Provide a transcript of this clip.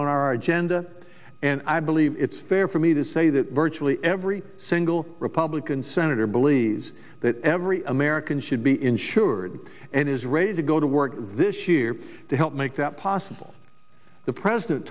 on our agenda and i believe it's fair for me to say that virtually every single republican senator believes that every american should be insured and is ready to go to work this year to help make that possible the president